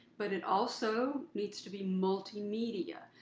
but it also needs to be multimedia.